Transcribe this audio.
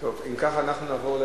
אם כך, אנחנו נעבור,